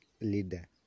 leader